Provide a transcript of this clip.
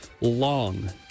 long